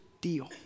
deal